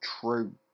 true